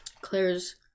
Claire's